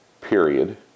period